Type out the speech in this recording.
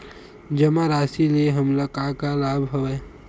जमा राशि ले हमला का का लाभ हवय?